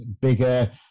bigger